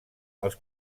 els